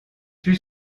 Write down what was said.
tue